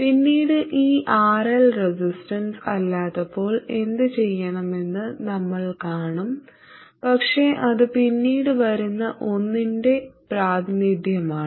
പിന്നീട് ഈ RL resistance അല്ലാത്തപ്പോൾ എന്തുചെയ്യണമെന്ന് നമ്മൾ കാണും പക്ഷേ അത് പിന്നീട് വരുന്ന ഒന്നിൻറെ പ്രാതിനിധ്യമാണ്